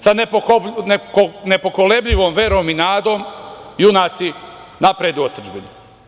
Sa nepokolebljivom verom i nadom, junaci, napred u otadžbinu“